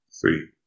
three